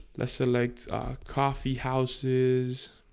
let's select coffee houses